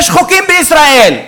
יש חוקים בישראל.